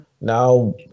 Now